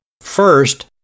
First